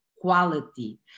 quality